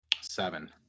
Seven